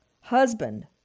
husband